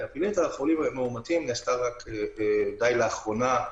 הפעילות על חולים מאומתים נעשתה רק די לאחרונה,